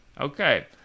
Okay